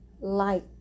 light